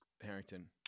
Harrington